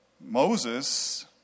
Moses